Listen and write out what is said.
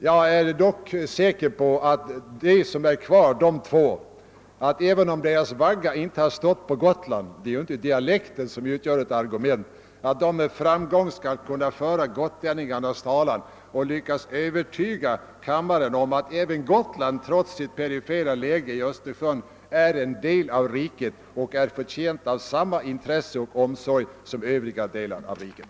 Jag är dock säker på att de två kvarvarande ledamöterna — även om deras vagga inte stått på Gotland, ty det är ju inte själva dialekten som utgör argument — med framgång skall kunna föra gotlänningarnas talan och lyckas övertyga kammarens ledamöter om att även Gotland, trots sitt perifera läge i Östersjön, är en del av riket och förtjänt av samma intresse och omsorg som övriga delar av landet.